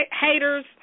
haters